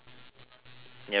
nearer to the mic